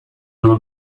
nom